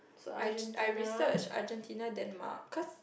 I I research Argentina Denmark cause